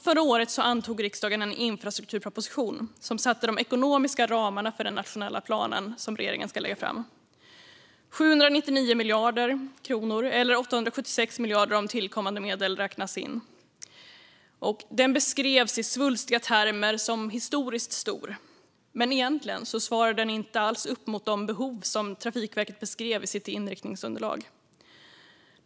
Förra året antog riksdagen en infrastrukturproposition som satte de ekonomiska ramarna för den nationella plan som regeringen ska lägga fram - 799 miljarder kronor, eller 876 miljarder kronor om tillkommande medel räknas in. Den beskrevs i svulstiga termer som historiskt stor. Men egentligen svarade den inte alls upp emot de behov som Trafikverket beskrev i sitt inriktningsunderlag.